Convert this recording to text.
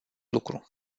lucru